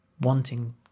wanting